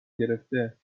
گرفته